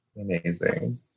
Amazing